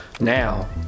now